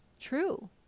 true